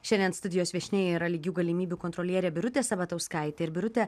šiandien studijos viešnia yra lygių galimybių kontrolierė birutė sabatauskaitė ir birute